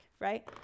right